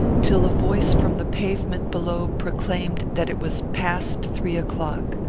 till a voice from the pavement below proclaimed that it was past three o'clock.